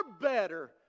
better